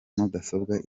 mudasobwa